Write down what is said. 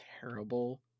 terrible